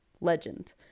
legend